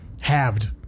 Halved